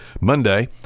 Monday